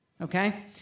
Okay